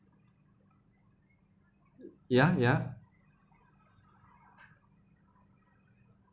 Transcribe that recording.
ya ya